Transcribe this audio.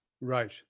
right